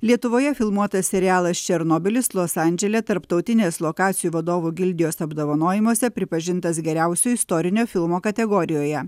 lietuvoje filmuotas serialas černobylis los andžele tarptautinės lokacijų vadovų gildijos apdovanojimuose pripažintas geriausiu istorinio filmo kategorijoje